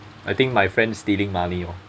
I think my friend stealing money oh